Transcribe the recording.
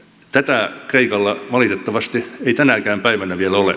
tätä kreikalla valitettavasti ei tänäkään päivänä vielä ole